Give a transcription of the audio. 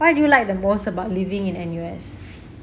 what do you like the most about living in N_U_S